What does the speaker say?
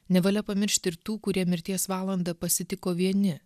nevalia pamiršti ir tų kurie mirties valandą pasitiko vieni